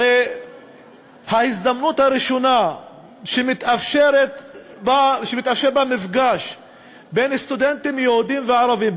הרי ההזדמנות הראשונה שמתאפשרת במפגש בין סטודנטים יהודים וערבים,